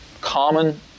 common